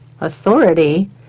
authority